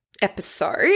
episode